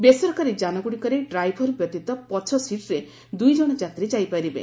ବେସରକାରୀ ଯାନଗୁଡ଼ିକରେ ଡ୍ରାଇଭର ବ୍ୟତୀତ ପଛ ସିଟ୍ରେ ଦୁଇ ଜଣ ଯାତ୍ରୀ ଯାଇପାରିବେ